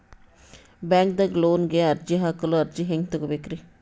ಬ್ಯಾಂಕ್ದಾಗ ಲೋನ್ ಗೆ ಅರ್ಜಿ ಹಾಕಲು ಅರ್ಜಿ ಹೆಂಗ್ ತಗೊಬೇಕ್ರಿ?